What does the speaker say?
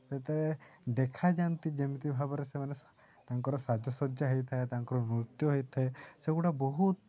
ସେଠାରେ ଦେଖାଯାଆନ୍ତି ଯେମିତି ଭାବରେ ସେମାନେ ତାଙ୍କର ସାଜସଜ୍ଜା ହୋଇଥାଏ ତାଙ୍କର ନୃତ୍ୟ ହୋଇଥାଏ ସେଗୁଡ଼ା ବହୁତ